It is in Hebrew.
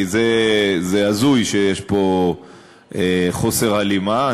כי זה הזוי שיש חוסר הלימה.